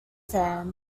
fans